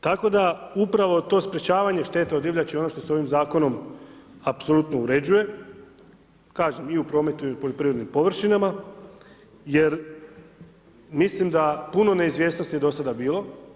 Tako da upravo to sprječavanje šteta o divljači; ono što se ovim zakonom apsolutno uređuje, kažem,i u prometu i u poljoprivrednim površinama, jer, mislim da je puno neizvjesnosti je dosad bilo.